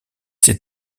ses